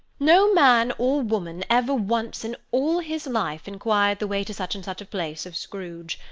no man or woman ever once in all his life inquired the way to such and such a place, of scrooge.